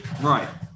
right